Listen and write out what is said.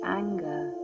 anger